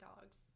dogs